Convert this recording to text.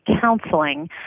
counseling